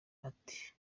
ati